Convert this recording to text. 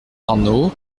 arnaud